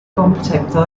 concepto